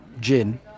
gin